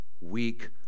weak